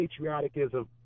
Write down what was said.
patrioticism